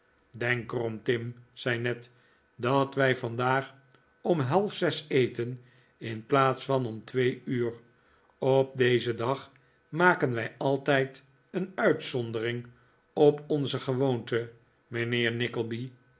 denk er om tim zei ned dat wij vandaag om half zes eten in plaats van om twee uur op dezen dag maken wij altijd een uitzondering op onze gewoonte